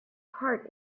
heart